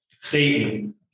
Satan